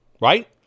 right